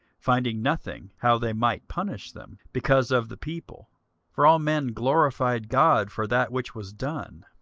finding nothing how they might punish them, because of the people for all men glorified god for that which was done.